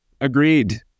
Agreed